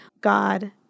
God